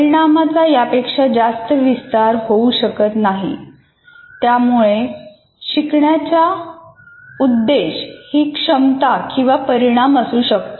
परिणामाचा यापेक्षा जास्त विस्तार होऊ शकत नाही त्यामुळे शिकण्याचा उद्देश ही क्षमता किंवा परिणाम असू शकतो